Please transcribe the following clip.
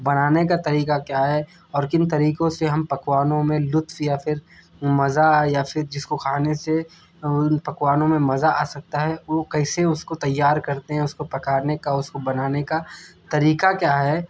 بنانے کا طریقہ کیا ہے اور کن طریقوں سے ہم پکوانوں میں لطف یا پھر مزہ یا پھر جس کو کھانے سے ان پکوانوں میں مزہ آ سکتا ہے وہ کیسے اس کو تیار کرتے ہیں اس کو پکانے کا اس کو بنانے کا طریقہ کیا ہے